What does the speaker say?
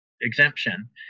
exemption